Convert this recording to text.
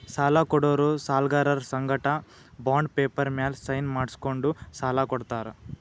ಸಾಲ ಕೊಡೋರು ಸಾಲ್ಗರರ್ ಸಂಗಟ ಬಾಂಡ್ ಪೇಪರ್ ಮ್ಯಾಲ್ ಸೈನ್ ಮಾಡ್ಸ್ಕೊಂಡು ಸಾಲ ಕೊಡ್ತಾರ್